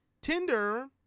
Tinder